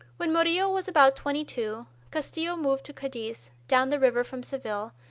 when murillo was about twenty-two, castillo removed to cadiz, down the river from seville,